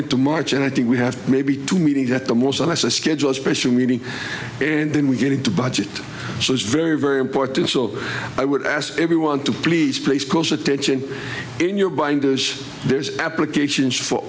into march and i think we have maybe two meetings at the most and i schedule a special meeting and then we get into budget so it's very very important so i would ask everyone to please place close attention in your by english there's applications for